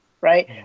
right